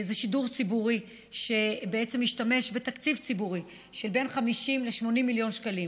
זה שידור ציבורי שמשתמש בתקציב ציבורי של בין 50 ל-80 מיליון שקלים.